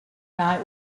night